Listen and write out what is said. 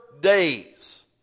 days